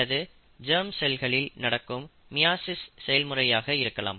அல்லது ஜர்ம் செல்களில் நடக்கும் மியாசிஸ் செயல்முறையாக இருக்கலாம்